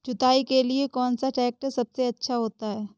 जुताई के लिए कौन सा ट्रैक्टर सबसे अच्छा होता है?